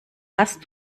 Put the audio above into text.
hast